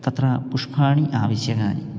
तत्र पुष्पाणि आवश्यकानि